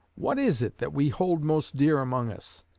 what is it that we hold most dear among us?